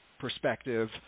perspective